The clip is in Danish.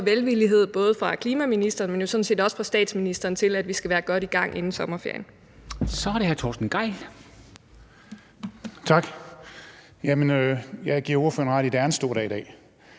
stor velvillighed, både af klimaministeren, men sådan set også af statsministeren, til, at vi skal være godt i gang inden sommerferien.